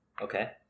Okay